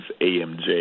AMJ